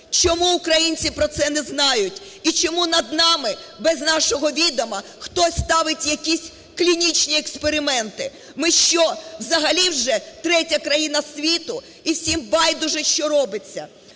Чому українці про це не знають?! І чому над нами без нашого відома хтось ставить якість клінічні експерименти? Ми що, взагалі вже третя країна світу? І всім байдуже, що робиться.